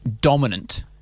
dominant